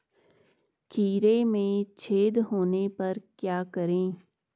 खीरे में छेद होने पर क्या करें?